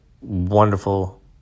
wonderful